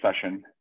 session